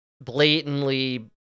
blatantly